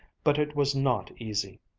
but it was not easy!